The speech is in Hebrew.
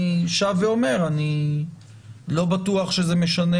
אני שב ואומר שאני לא בטוח שזה משנה